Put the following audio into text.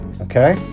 Okay